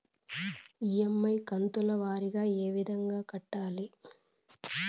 EMI కంతుల వారీగా ఏ విధంగా కట్టాలి